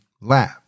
lab